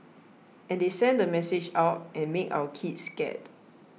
and they send the message out and make our kids scared